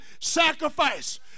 sacrifice